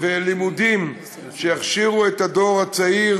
ולימודים שיכשירו את הדור הצעיר